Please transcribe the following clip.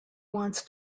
wants